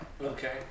Okay